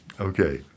Okay